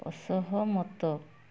ଅସହମତ